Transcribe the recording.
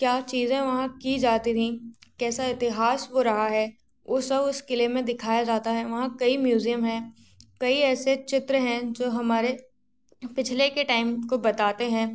क्या चीज़े वहाँ की जाती थी कैसा इतिहास वो रहा है वो सब उस क़िले में दिखाया जाता है वहाँ कई म्यूज़ियम हैं कई ऐसे चित्र हैं जो हमारे पिछले के टाइम को बताते हैं